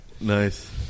Nice